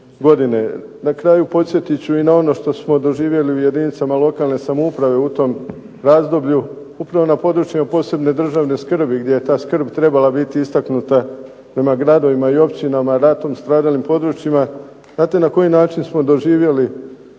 Na kraju podsjetit ću i na ono što smo doživjeli u jedinicama lokalne samouprave u tom razdoblju upravo na područjima posebne državne skrbi gdje je ta skrb trebala biti istaknuta prema gradovima i općinama ratom stradalim područjima. Znate na koji način smo doživjeli